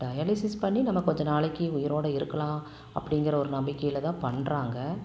dialysis பண்ணி நம்ம கொஞ்ச நாளைக்கு உயிரோட இருக்கலாம் அப்படிங்கிற ஒரு நம்பிக்கையில் தான் பண்ணுறாங்க